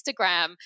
Instagram